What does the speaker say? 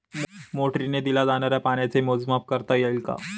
मोटरीने दिल्या जाणाऱ्या पाण्याचे मोजमाप करता येईल का?